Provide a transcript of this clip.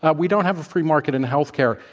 ah we don't have a free market in healthcare,